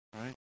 right